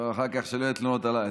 שלא יהיו אחר כך תלונות עליי.